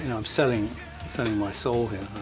you know i'm selling selling my soul here,